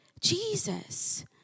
Jesus